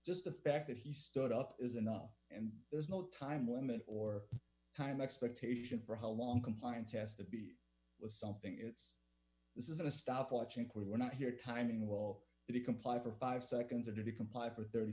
just the fact that he stood up is enough and there's no time limit or time expectation for how long compliance has to be something it's this is a stop watch inc we're not here timing will it comply for five seconds or to comply for thirty